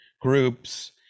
groups